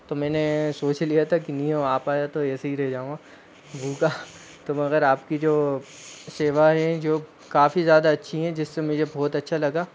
तो मैंने सोच लिया था की नहीं आ पाया तो ऐसे ही रह जाऊँगा भूखा तो मगर आपकी जो सेवाएँ है जो काफ़ी ज़्यादा अच्छी हैं जिससे मुझे बहुत अच्छा लगा